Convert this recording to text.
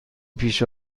پیش